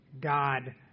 God